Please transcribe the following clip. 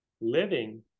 living